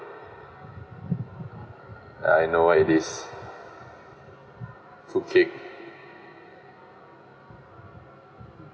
I know what it is fruit cake